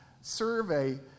survey